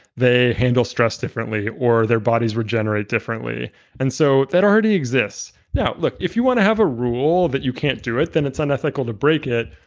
they handle stress differently or their bodies regenerate differently and so that already exists. look, if you want to have a rule that you can't do it, then it's unethical to break it,